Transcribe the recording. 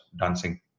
dancing